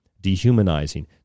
dehumanizing